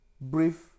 brief